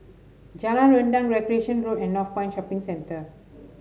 Jalan Rendang Recreation Road and Northpoint Shopping Centre